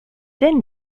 then